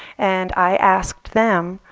and i asked them,